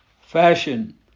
fashion